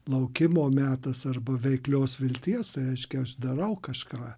laukimo metas arba veiklios vilties tai reiškia aš darau kažką